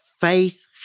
faith